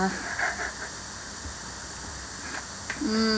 mm